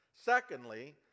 Secondly